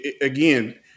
again